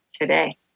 today